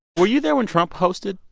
were you there when trump hosted?